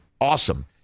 awesome